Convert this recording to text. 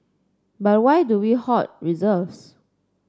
but why do we hoard reserves